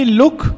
look